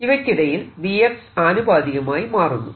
ഇവക്കിടയിൽ V ആനുപാതികമായി മാറുന്നു